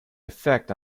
effect